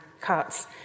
cuts